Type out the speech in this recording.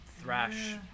thrash